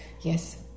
Yes